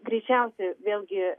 greičiausiai vėlgi